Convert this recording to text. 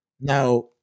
Now